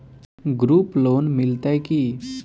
Group loan मिलतै की?